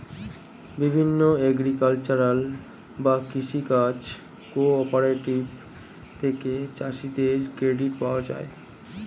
বিভিন্ন এগ্রিকালচারাল বা কৃষি কাজ কোঅপারেটিভ থেকে চাষীদের ক্রেডিট পাওয়া যায়